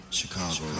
Chicago